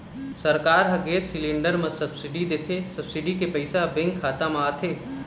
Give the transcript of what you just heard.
सरकार ह gas cylinder म सब्सिडी देथे, सब्सिडी के पइसा ह बेंक खाता म आथे